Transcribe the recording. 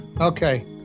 Okay